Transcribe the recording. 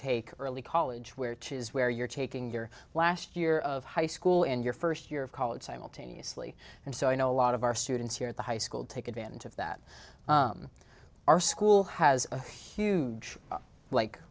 take early college where is where you're taking your last year of high school and your first year of college simultaneously and so i know a lot of our students here at the high take advantage of that our school has a huge like